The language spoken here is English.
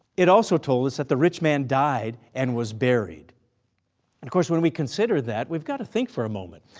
it also told us that the rich man died and was buried. and of course when we consider that we've got to think for a moment.